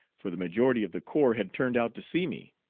for the majority of the corps had turned out to see me.